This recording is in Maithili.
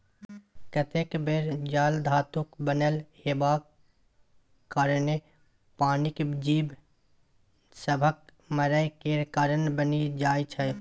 कतेक बेर जाल धातुक बनल हेबाक कारणेँ पानिक जीब सभक मरय केर कारण बनि जाइ छै